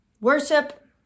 worship